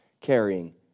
carrying